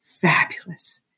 fabulous